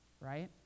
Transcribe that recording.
right